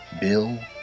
Bill